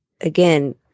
again